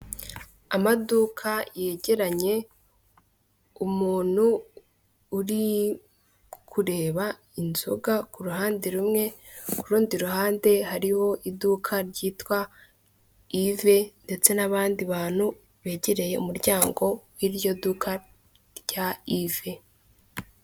Amaduka yegeranye umuntu uri kureba inzoga ku ruhande rumwe, ku rundi ruhande hariho iduka ryitwa ive ndetse n'abandi bantu begereye umuryango w'iryo duka rya ive.